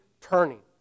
turning